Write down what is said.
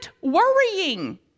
worrying